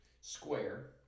square